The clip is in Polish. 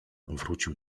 wrócił